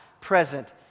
present